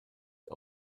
der